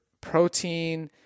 protein